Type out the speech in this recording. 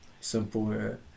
simple